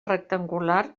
rectangular